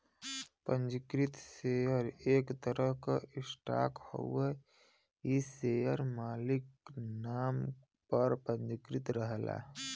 पंजीकृत शेयर एक तरह क स्टॉक हउवे इ शेयर मालिक नाम पर पंजीकृत रहला